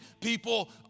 people